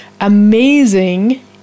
amazing